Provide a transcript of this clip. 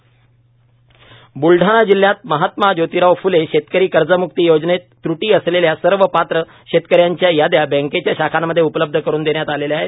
शेतकरी कर्जमक्ती योजना ब्लडाणा जिल्ह्यात महात्मा जोतिराव फ्ले शेतकरी कर्जम्क्ती योजनेत त्र्टी असलेल्या सर्व पात्र शेतकऱ्यांच्या याद्या बँकेच्या शाखांमध्ये उपलब्ध करून देण्यात आलेल्या आहे